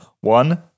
one